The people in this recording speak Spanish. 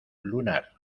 lunar